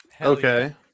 Okay